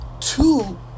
Two